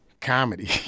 comedy